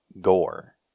Gore